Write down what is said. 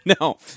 No